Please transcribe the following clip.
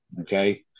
okay